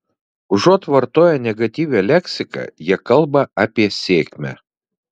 užuot vartoję negatyvią leksiką jie kalba apie sėkmę